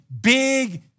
big